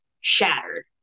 shattered